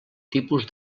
tipus